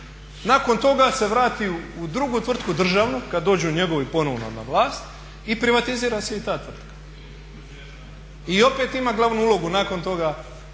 Nakon toga se vrati u drugu tvrtku državnu kada dođu njegovi ponovno na vlast i privatizira se i ta tvrtka. I opet ima glavnu ulogu nakon toga